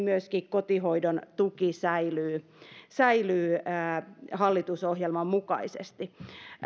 myöskin kotihoidon tuki säilyy säilyy hallitusohjelman mukaisesti